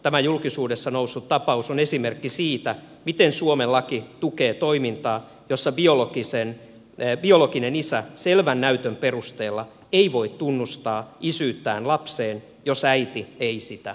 tämä julkisuudessa noussut tapaus on esimerkki siitä miten suomen laki tukee toimintaa jossa biologinen isä selvän näytön perusteella ei voi tunnustaa isyyttään lapseen jos äiti ei sitä halua